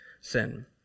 sin